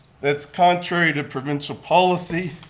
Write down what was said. that's country to provincial policy.